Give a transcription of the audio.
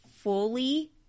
fully